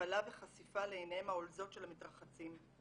השפלה וחשיפה לעיניהם העולזות של המתרחצים,